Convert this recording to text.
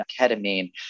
ketamine